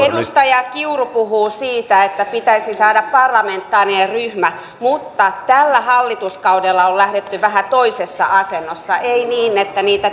edustaja kiuru puhuu siitä että pitäisi saada parlamentaarinen ryhmä mutta tällä hallituskaudella on lähdetty vähän toisessa asennossa ei niin että